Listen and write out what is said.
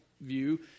view